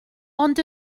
ond